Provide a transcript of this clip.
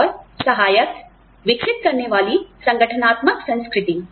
और सहायक विकसित करने वाली संगठनात्मक संस्कृति